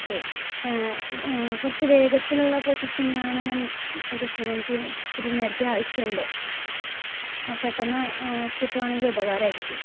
okay കുറച്ച് വേഗത്തിലുള്ള പ്രോസസിംങ്ങാണ് ഞാൻ പ്രതീക്ഷിക്കുന്നത് എനിക്ക് ഇത്തിരി നേരത്തെ ആവശ്യമുണ്ട് പെട്ടെന്ന് കിട്ടുവാണെങ്കിൽ ഉപകാരമായിരിക്കും